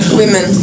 women